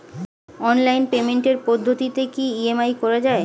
Online পেমেন্টের পদ্ধতিতে কি ই.এম.আই করা যায়?